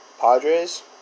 Padres